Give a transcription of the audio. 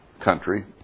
country